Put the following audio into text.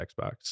Xbox